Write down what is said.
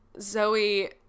Zoe